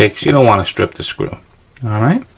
you don't wanna strip the screw. all right,